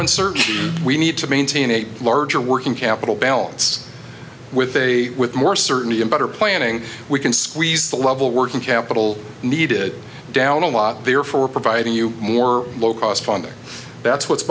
uncertainty we need to maintain a larger working capital balance with a with more certainty and better planning we can squeeze the level working capital needed down a lot therefore providing you more low cost funding that's what's